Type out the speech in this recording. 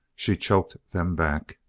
she choked them back.